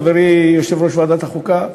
חברי יושב-ראש ועדת החוקה,